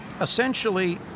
essentially